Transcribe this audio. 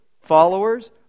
followers